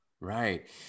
Right